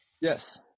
yes